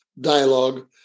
dialogue